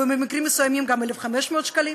ובמקרים מסוימים גם 1,500 שקלים,